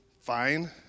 fine